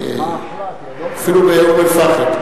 אפילו באום-אל-פחם.